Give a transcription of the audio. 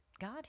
god